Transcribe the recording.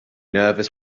nervous